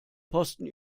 posten